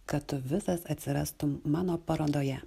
kad tu visas atsirastum mano parodoje